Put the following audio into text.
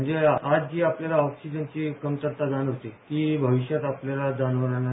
म्हणजे आज जी आपल्याला ऑक्सिजनची कमतरता जाणवतेय ती भविष्यात आपल्याला जाणवणारी नाही